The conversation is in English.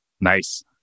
Nice